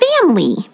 family